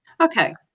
Okay